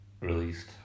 released